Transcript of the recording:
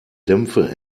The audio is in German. dämpfe